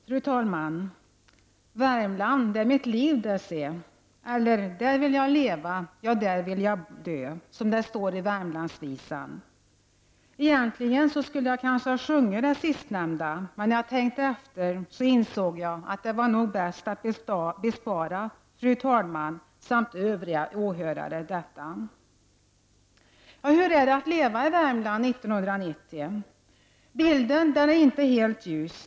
Fru talman! ''Värmland det är mitt liv, det se''. ''Där vill jag leva, ja, där vill jag dö'' står det ju i Egentligen skulle jag kanske ha sjungit den sistnämnda. Men när jag tänkte efter insåg jag att det nog var bäst att bespara fru talmannen samt övriga åhörare det. Ja, hur är det då att leva i Värmland 1990? Bilden är inte helt ljus.